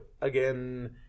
Again